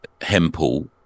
Hempel